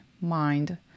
mind